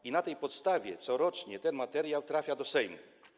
I na tej podstawie corocznie ten materiał trafia do Sejmu.